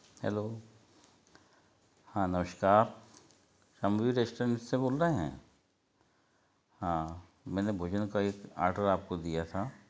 hello हाँ नमस्कार Ramveer restaurant से बोल रहे हैं हाँ मैंने भोजन का एक आर्डर आपको दिया था